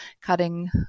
cutting